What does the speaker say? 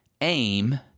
Aim